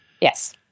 Yes